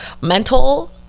mental